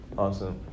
Awesome